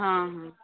ହଁ ହଁ